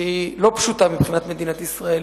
שהיא לא פשוטה מבחינת מדינת ישראל.